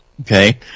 okay